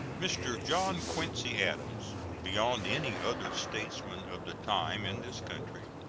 mr. john quincy adams, beyond any other statesman of the time in this country,